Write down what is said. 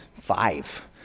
five